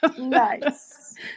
Nice